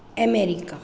America